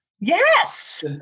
Yes